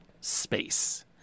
space